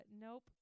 nope